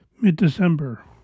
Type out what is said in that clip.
Mid-December